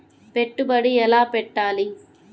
పెట్టుబడి ఎలా పెట్టాలి?